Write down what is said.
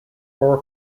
four